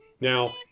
Now